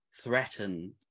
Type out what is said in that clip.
threaten